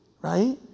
Right